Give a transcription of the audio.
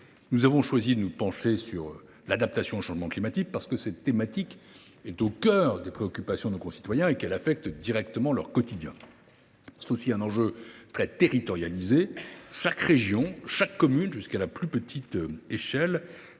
nous avons choisi de nous pencher sur l’adaptation au changement climatique, parce que cette thématique est au cœur des préoccupations de nos concitoyens et parce qu’elle affecte directement leur quotidien. Cet enjeu est très territorialisé : chaque région, chaque commune, jusqu’à la plus petite échelle,